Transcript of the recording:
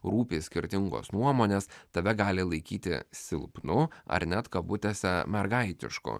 rūpi skirtingos nuomonės tave gali laikyti silpnu ar net kabutėse mergaitišku